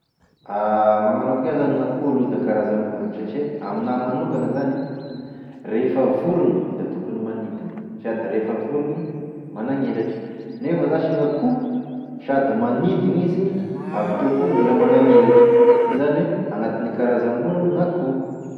Magnano akoiza zany gn'akoho da karazamborogny satria aminahy manokagny zany e rehefa vorona da tokony manidina sady rehefa vorogny managnelatry nefa zash gn'akoho sady manidigny izy avy teo koa mbola managnelatry izany hoe agnatigny karazamborogny gn'akoho.